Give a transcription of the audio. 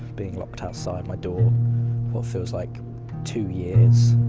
being locked outside my door, for what feels like two years.